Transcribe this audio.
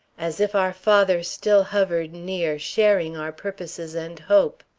as if our father still hovered near, sharing our purposes and hope.